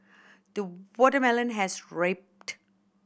the watermelon has